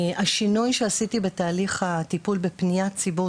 השינוי שעשיתי בתהליך הטיפול בפניית ציבור